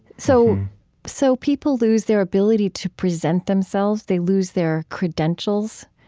so so, people lose their ability to present themselves. they lose their credentials,